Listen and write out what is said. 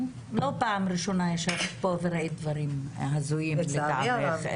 לא פעם ראשונה ישבת פה וראית דברים הזויים לטעמך.